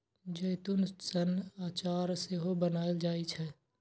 जैतून सं अचार सेहो बनाएल जाइ छै